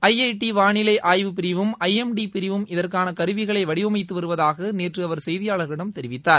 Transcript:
I I T வாளிலை ஆய்வுப் பிரிவும் ஐ எம் டி பிரிவும் இதற்கான கருவிகளை வடிவமைத்து வருவதாக நேற்று அவர் செய்தியாளர்களிடம் தெரிவித்தார்